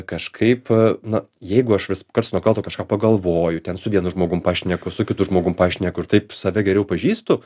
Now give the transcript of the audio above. kažkaip na jeigu aš vis karts nuo karto kažką pagalvoju ten su vienu žmogum pašneku su kitu žmogum pašneku taip save geriau pažįstu